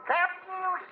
Captain